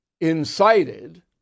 incited